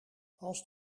als